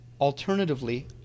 Alternatively